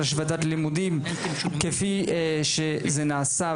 כפי שנעשה,